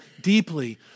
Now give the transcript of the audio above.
deeply